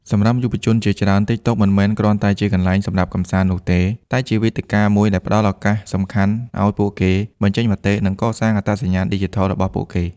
សម្រាប់យុវជនជាច្រើន TikTok មិនមែនគ្រាន់តែជាកន្លែងសម្រាប់កម្សាន្តនោះទេ តែជាវេទិកាមួយដែលផ្ដល់ឱកាសសំខាន់ឲ្យពួកគេ បញ្ចេញមតិ និង កសាងអត្តសញ្ញាណឌីជីថល របស់ពួកគេ។